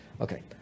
Okay